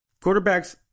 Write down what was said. Quarterbacks